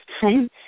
time